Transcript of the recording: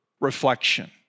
reflection